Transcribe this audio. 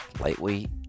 lightweight